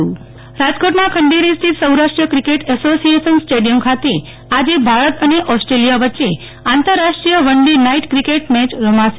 Nehal Thakkar cricket રાજકોટના ખંઢેરી સ્થિત Saurashtra cricket association stadium ખાતે આજે ભારત અને ઓસ્ટ્રેલીયા વય્યે આંતરરાષ્ટ્રીય વન ડે નાઈટ ક્રિકેટ મેય રમાશે